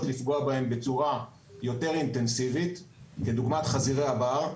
לפגוע בהם בצורה יותר אינטנסיבית כדוגמת חזירי הבר,